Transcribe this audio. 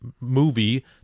movie